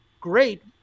great